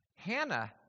Hannah